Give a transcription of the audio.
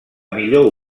millor